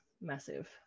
massive